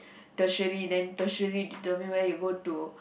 tertiary then tertiary determine where you go to